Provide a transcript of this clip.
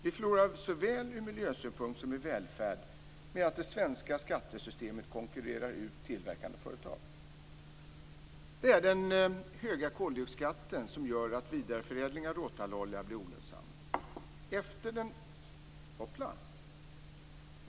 Vi förlorar såväl ur miljösynpunkt som ur välfärd om det svenska skattesystemet konkurrerar ut tillverkande företag. Det är den höga koldioxidskatten som gör att vidareförädling av råtallolja blir olönsam. Jag ser att min taletid är slut.